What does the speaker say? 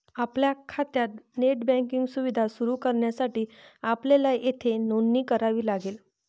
आपल्या खात्यात net banking सुविधा सुरू करण्यासाठी आपल्याला येथे नोंदणी करावी लागेल